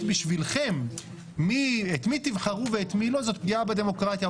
בשבילכם את מי תבחרו ואת מי לא זאת פגיעה בדמוקרטיה,